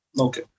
Okay